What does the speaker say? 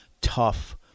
tough